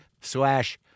slash